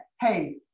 hey